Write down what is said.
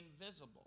invisible